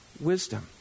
wisdom